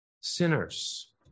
sinners